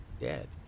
dead